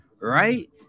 right